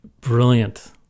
brilliant